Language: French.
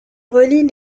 relie